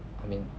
I mean